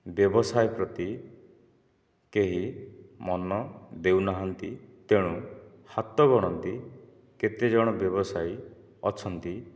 ବ୍ୟବସାୟ ପ୍ରତି କେହି ମନ ଦେଉ ନାହାନ୍ତି ତେଣୁ ହାତ ଗଣତି କେତେ ଜଣ ବ୍ୟବସାୟୀ ଅଛନ୍ତି